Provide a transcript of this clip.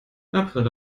april